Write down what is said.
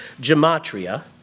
gematria